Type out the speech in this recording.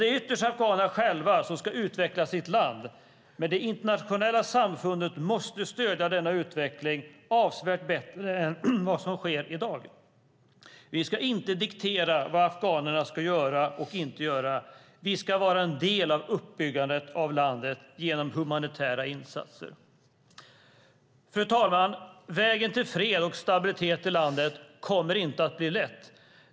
Det är ytterst afghanerna själva som ska utveckla sitt land, men det internationella samfundet måste stödja denna utveckling avsevärt bättre än vad som sker i dag. Vi ska inte diktera vad afghanerna ska göra och inte göra. Vi ska vara en del i uppbyggandet av landet genom humanitära insatser. Fru talman! Vägen till fred och stabilitet i landet kommer inte att bli lätt.